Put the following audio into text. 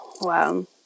Wow